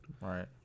Right